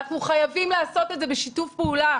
אנחנו חייבים לעשות את זה בשיתוף פעולה